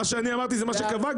מה שאני אמרתי זה מה שקבע?